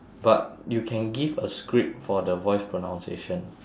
but you can give a script for the voice pronunciation